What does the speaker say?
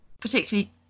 particularly